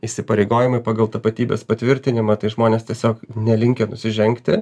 įsipareigojimai pagal tapatybės patvirtinimą tai žmonės tiesiog nelinkę nusižengti